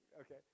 okay